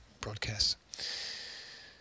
broadcasts